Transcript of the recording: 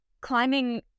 climbing